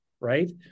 right